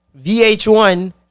VH1